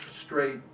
straight